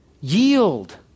yield